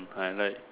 I like